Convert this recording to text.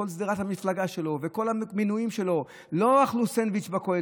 כל שדרת המפלגה שלו וכל המינויים שלו לא אכלו סנדוויץ' בכולל.